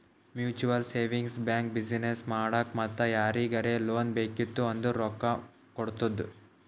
mutual savings bank business ಮಾಡಾಕ್ ಮತ್ತ ಯಾರಿಗರೇ ಲೋನ್ ಬೇಕಿತ್ತು ಅಂದುರ್ ರೊಕ್ಕಾ ಕೊಡ್ತುದ್